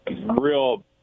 Real